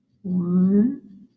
One